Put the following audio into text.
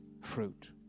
fruit